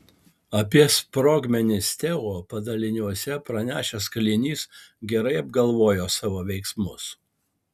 apie sprogmenis teo padaliniuose pranešęs kalinys gerai apgalvojo savo veiksmus